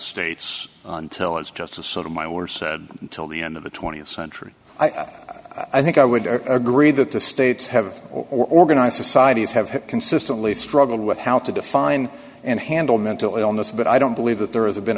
states until it's just a sort of my were said until the end of the th century i think i would agree that the states have organized societies have consistently struggled with how to define and handle mental illness but i don't believe that there is have been